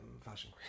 fashion